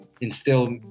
instill